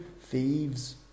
thieves